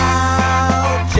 out